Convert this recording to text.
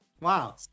wow